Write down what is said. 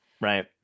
Right